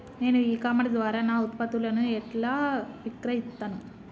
నేను e commerce ద్వారా నా ఉత్పత్తులను ఎట్లా విక్రయిత్తను?